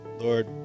Lord